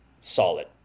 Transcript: solid